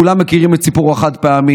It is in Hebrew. כולם מכירים את סיפור החד-פעמי,